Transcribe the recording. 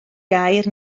gair